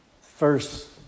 first